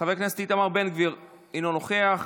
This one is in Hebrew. חבר הכנסת איתמר בן גביר, אינו נוכח.